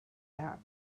arab